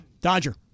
Dodger